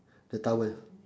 the towel